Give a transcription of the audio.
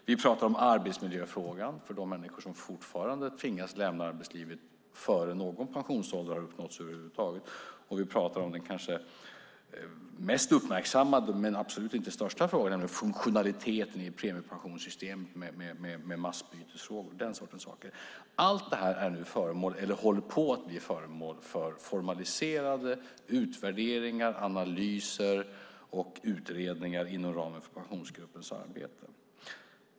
Vi talar också om arbetsmiljöfrågan för de människor som fortfarande tvingas lämna arbetslivet innan de uppnått någon pensionsålder över huvud taget. Dessutom talar vi om den mest uppmärksammade men alls inte största frågan, det vill säga funktionaliteten i premiepensionssystemet med massbyten och sådant. Allt detta är nu, eller håller på att bli, föremål för formaliserade utvärderingar, analyser och utredningar inom ramen för Pensionsgruppens arbete.